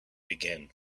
begin